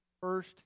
first